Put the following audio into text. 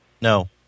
No